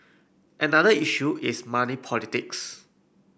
another issue is money politics